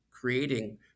creating